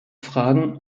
fragen